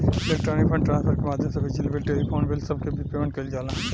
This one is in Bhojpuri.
इलेक्ट्रॉनिक फंड ट्रांसफर के माध्यम से बिजली बिल टेलीफोन बिल सब के भी पेमेंट कईल जाला